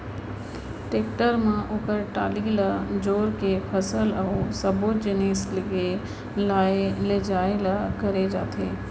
tractor म ओकर trolley ल जोर के फसल अउ सब्बो जिनिस के लाय लेजाय ल करे जाथे